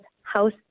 House